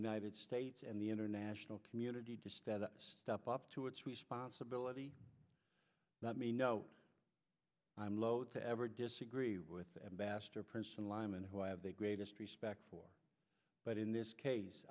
united states and the international community just that step up to its responsibility not me know i'm loathe to ever disagree with ambassador princeton lyman who i have the greatest respect for but in this case